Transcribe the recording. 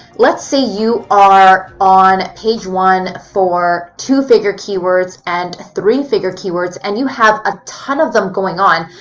let's say you are on page one for two figure keywords and three figure keywords, and you have a ton of them going on,